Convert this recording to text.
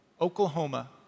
Oklahoma